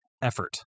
effort